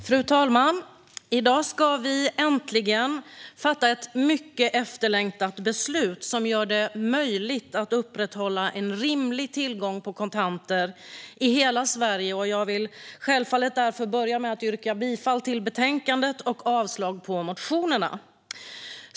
Fru talman! I dag ska vi äntligen fatta ett mycket efterlängtat beslut som gör det möjligt att upprätthålla en rimlig tillgång på kontanter i hela Sverige. Jag vill börja med att yrka bifall till utskottets förslag i betänkandet och avslag på motionerna.